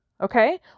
Okay